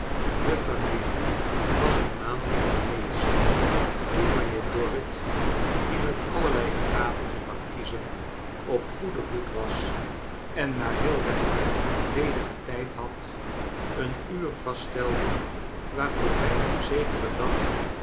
de familie was een maand in venetie toen mijnheer dorrit die met allerlei graven en markiezen op goeden voet was en maar heel weinig ledigen tijd had een uur vaststelde waarop hij op zekeren dag